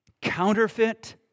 counterfeit